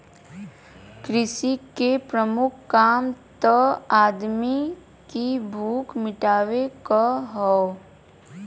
कृषि के प्रमुख काम त आदमी की भूख मिटावे क हौ